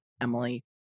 Emily